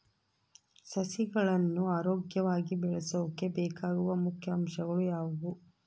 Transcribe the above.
ಸಸಿಗಳನ್ನು ಆರೋಗ್ಯವಾಗಿ ಬೆಳಸೊಕೆ ಬೇಕಾಗುವ ಮುಖ್ಯ ಅಂಶಗಳು ಯಾವವು?